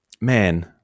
man